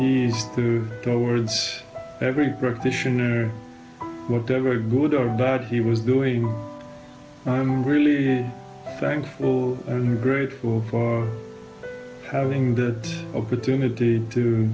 compassion towards every practitioner whatever good or bad he was doing i'm really thankful and grateful for having the opportunity to